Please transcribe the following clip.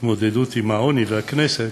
התמודדות עם העוני והכנסת,